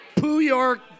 Poo-york